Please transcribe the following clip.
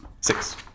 Six